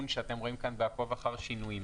שאתם רואים כאן ב"עקוב אחר שינויים".